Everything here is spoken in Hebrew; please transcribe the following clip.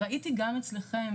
ראיתי גם אצלכם,